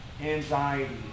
anxiety